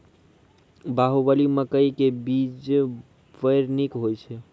बाहुबली मकई के बीज बैर निक होई छै